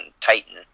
Titan